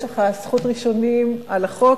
יש לך זכות ראשונים על החוק,